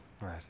right